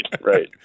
right